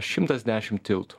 šimtas dešim tiltų